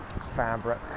fabric